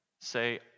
say